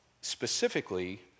specifically